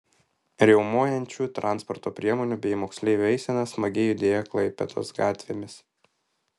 riaumojančių transporto priemonių bei moksleivių eisena smagiai judėjo klaipėdos gatvėmis